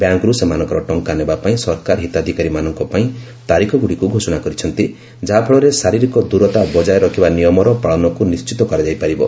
ବ୍ୟାଙ୍କ୍ରୁ ସେମାନଙ୍କର ଟଙ୍କା ନେବାପାଇଁ ସରକାର ହିତାଧିକାରୀମାନଙ୍କ ପାଇଁ ତାରିଖଗୁଡ଼ିକୁ ଘୋଷଣା କରିଛନ୍ତି ଯାହାଫଳରେ ଶାରୀରିକ ଦୂରତା ବଜାୟ ରଖିବା ନିୟମର ପାଳନକୁ ନିଣ୍ଢିତ କରାଯାଇପାରିବ